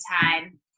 time